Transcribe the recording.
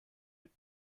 wird